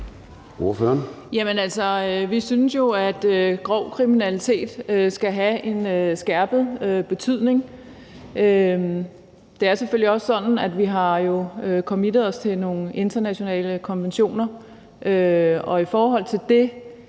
vi synes jo, at grov kriminalitet skal være en skærpende omstændighed. Det er selvfølgelig også sådan, at vi jo har committet os til nogle internationale konventioner, og i forhold til det